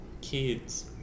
kids